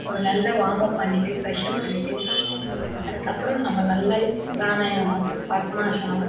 ஒரு நல்ல வாமப் பண்ணிவிட்டு ஃப்ரெஷப் பண்ணிவிட்டு அதுக்கப்புறம் நம்ம நல்ல பிராணாயாமம் பத்மாஸனம்